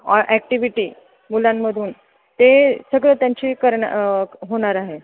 ऑ activity मुलांमधून ते सगळं त्यांची करण्या होणार आहे